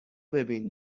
ببین